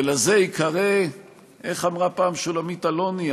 ולזה ייקרא, איך אמרה פעם שולמית אלוני?